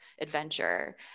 adventure